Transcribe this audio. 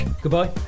goodbye